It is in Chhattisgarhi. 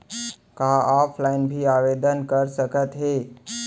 का ऑफलाइन भी आवदेन कर सकत हे?